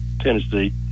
Tennessee